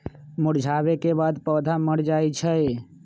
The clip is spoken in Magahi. मुरझावे के बाद पौधा मर जाई छई